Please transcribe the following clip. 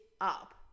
up